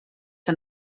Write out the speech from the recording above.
que